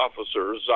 officers